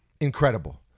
incredible